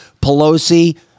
Pelosi